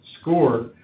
score